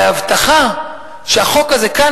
וההבטחה שהחוק הזה כאן,